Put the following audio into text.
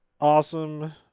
Awesome